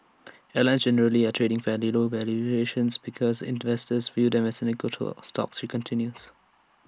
airlines generally are trading fairly low valuations because investors view them as cyclical towards stocks she continues